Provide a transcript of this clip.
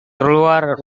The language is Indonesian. keluar